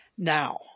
Now